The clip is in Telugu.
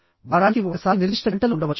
వారానికి ఒకసారి నిర్దిష్ట గంటలు ఉండవచ్చు